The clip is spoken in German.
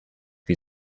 wie